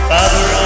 Father